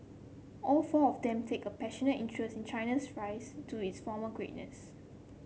all four of them take a passionate interest in China's rise to its former greatness